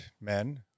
men